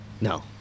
No